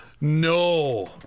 No